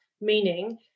meaning